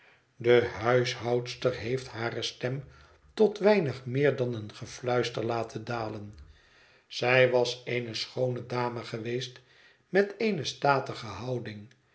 de huishoudster heeft hare stem tot weinig meer dan een gefluister laten dalen zij was eene schoone dame geweest met eene statige houding